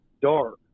dark